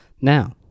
Now